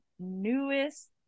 Newest